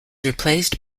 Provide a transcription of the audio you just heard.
replaced